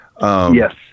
Yes